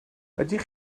ydych